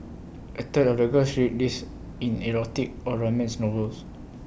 A third of the girls read these in erotic or romance novels